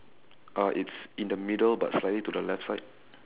uh it's in the middle but slightly to the left side